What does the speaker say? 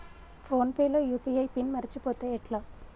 Phone pay లో UPI PIN మరచిపోతే ఎట్లా?